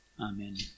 Amen